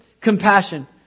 compassion